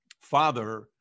father